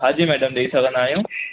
हा जी मैडम ॾेई सघंदा आहियूं